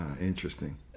Interesting